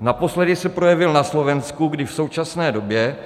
Naposledy se projevil na Slovensku, kdy v současné době